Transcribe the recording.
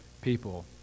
People